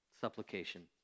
supplication